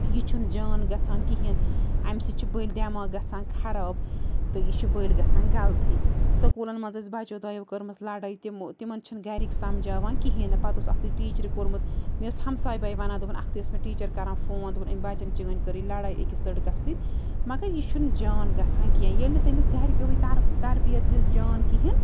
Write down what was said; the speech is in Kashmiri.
یہِ چھُنہٕ جان گژھان کِہیٖنۍ اَمہِ سۭتۍ چھِ بٔلۍ دٮ۪ماغ گژھان خراب تہٕ یہِ چھُ بٔلۍ گَژھان غلطٕے سکوٗلَن منٛز ٲسۍ بَچو دۄیو کٔرمٕژ لَڑٲے تِمو تِمَن چھِنہٕ گَرِکۍ سَمجھاوان کِہیٖنۍ نہٕ پَتہٕ اوس اَکھتُے ٹیٖچرِ کوٚرمُت مےٚ ٲس ہمساے باے وَنان دوٚپُن اَکھتُے ٲس مےٚ ٹیٖچر کَران فون دوٚپُن أمۍ بَچَن چٲنۍ کٔرٕے لڑٲے أکِس لڑکَس سۭتۍ مگر یہِ چھُنہٕ جان گژھان کیٚنٛہہ ییٚلہِ نہٕ تٔمِس گَرکیووٕے تربیت دِژ جان کِہیٖنۍ